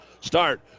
start